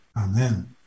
Amen